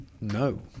No